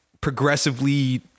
progressively